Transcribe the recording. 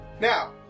Now